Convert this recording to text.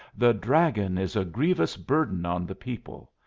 the dragon is a grievous burden on the people.